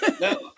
No